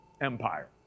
empire